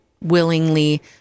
willingly